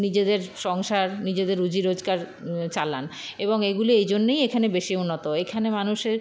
নিজেদের সংসার নিজেদের রুজি রোজগার চালান এবং এইগুলো এই জন্যেই এখানে বেশি উন্নত এখানে মানুষের